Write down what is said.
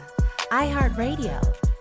iHeartRadio